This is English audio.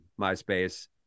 MySpace